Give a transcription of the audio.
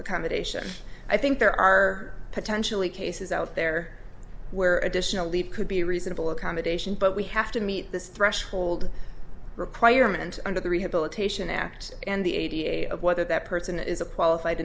accommodation i think there are potentially cases out there where additional leave could be reasonable accommodation but we have to meet this threshold requirement under the rehabilitation act and the eighty eight of whether that person is a